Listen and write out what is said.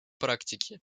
практики